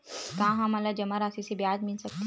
का हमन ला जमा राशि से ब्याज मिल सकथे?